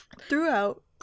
throughout